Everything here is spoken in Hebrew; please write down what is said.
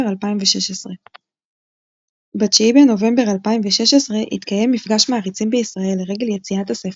2016. ב-9 בנובמבר 2016 התקיים מפגש מעריצים בישראל לרגל יציאת הספר,